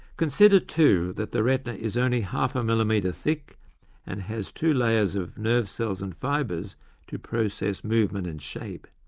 consider, too, that the retina is only half a millimetre thick and has two layers of nerve cells and fibres to process movement and shape.